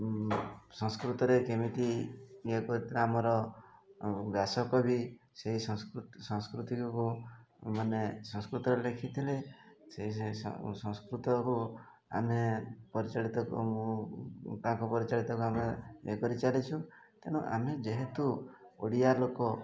ସଂସ୍କୃତରେ କେମିତି ଇଏ କରିଥିଲେ ଆମର ବ୍ୟାସକବି ସେହି ସଂସ୍କୃତିକକୁ ମାନେ ସଂସ୍କୃତରେ ଲେଖିଥିଲେ ସେଇ ସଂସ୍କୃତକୁ ଆମେ ପରିଚାଳିତ ମୁଁ ତାଙ୍କ ପରିଚାଳିତକୁ ଆମେ ଇଏ କରି ଚାଲିଛୁ ତେଣୁ ଆମେ ଯେହେତୁ ଓଡ଼ିଆ ଲୋକ